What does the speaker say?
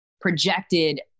projected